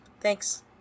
Thanks